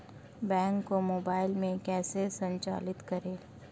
Bank को mobile में कैसे संचालित करें?